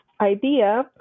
idea